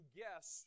guess